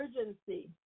urgency